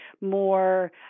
more